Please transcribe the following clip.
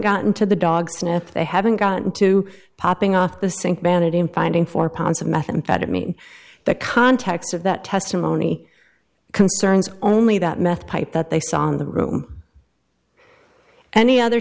gotten to the dog sniff they haven't gotten to popping off the sink vanity and finding four pounds of methamphetamine the context of that testimony concerns only that meth pipe that they saw in the room any other